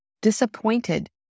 disappointed